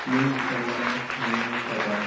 तीन डिसेंबराक म्हयन्यांत जाता